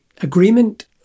agreement